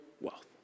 wealth